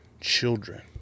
children